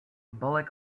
bullock